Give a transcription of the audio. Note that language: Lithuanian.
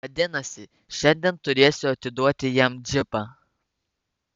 vadinasi šiandien turėsiu atiduoti jam džipą